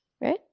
right